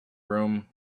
room